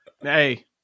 Hey